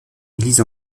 église